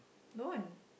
no